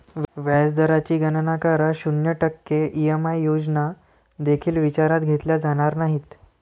व्याज दराची गणना करा, शून्य टक्के ई.एम.आय योजना देखील विचारात घेतल्या जाणार नाहीत